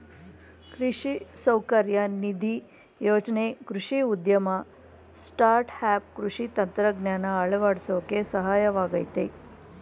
ಕೃಷಿ ಸೌಕರ್ಯ ನಿಧಿ ಯೋಜ್ನೆ ಕೃಷಿ ಉದ್ಯಮ ಸ್ಟಾರ್ಟ್ಆಪ್ ಕೃಷಿ ತಂತ್ರಜ್ಞಾನ ಅಳವಡ್ಸೋಕೆ ಸಹಾಯವಾಗಯ್ತೆ